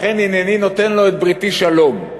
לכן הנני נותן לו את בריתי שלום.